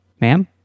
Ma'am